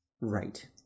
right